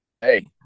Hey